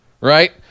right